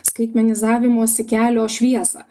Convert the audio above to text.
skaitmenizavimosi kelio šviesą